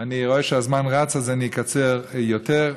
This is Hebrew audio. אני רואה שהזמן רץ, אז אני אקצר יותר.